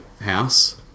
house